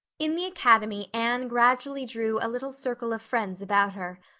in the academy anne gradually drew a little circle of friends about her,